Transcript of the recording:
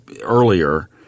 earlier